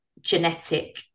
genetic